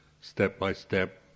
step-by-step